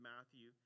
Matthew